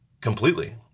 completely